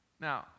Now